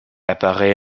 apparaît